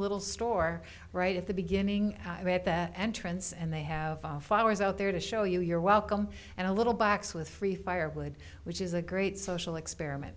little store right at the beginning read that entrance and they have followers out there to show you your welcome and a little box with free firewood which is a great social experiment